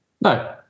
No